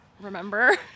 Remember